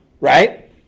right